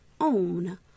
own